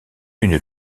une